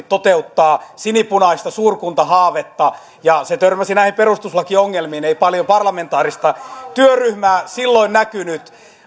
toteuttaa sinipunaista suurkuntahaavetta ja se törmäsi näihin perustuslakiongelmiin ei paljon parlamentaarista työryhmää silloin näkynyt